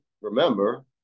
remember